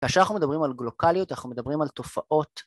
כאשר אנחנו מדברים על גלוקליות אנחנו מדברים על תופעות